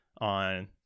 on